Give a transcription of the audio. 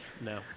No